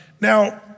Now